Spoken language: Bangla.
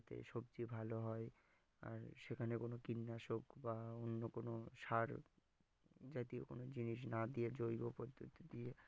যাতে সবজি ভালো হয় আর সেখানে কোনো কীটনাশক বা অন্য কোনো সার জাতীয় কোনো জিনিস না দিয়ে জৈব পদ্ধতি দিয়ে